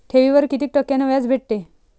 ठेवीवर कितीक टक्क्यान व्याज भेटते?